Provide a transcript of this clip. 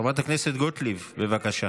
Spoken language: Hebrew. חברת הכנסת גוטליב, בבקשה.